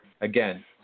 again